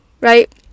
right